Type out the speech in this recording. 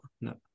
no